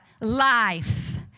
Life